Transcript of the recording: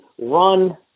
run